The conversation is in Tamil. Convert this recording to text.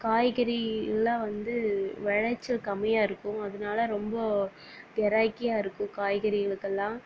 காய்கறி எல்லாம் வந்து விளைச்சல் கம்மியாக இருக்கும் அதனால் ரொம்ப கிராய்கியா இருக்கும் காய்கறிகளுக்கெல்லாம்